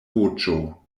voĉo